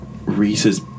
Reese's